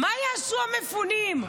ומה יעשו המפונים,